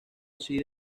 sida